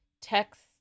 text